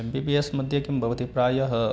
MBBS मध्ये किं भवति प्रायः